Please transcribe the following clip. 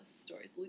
stories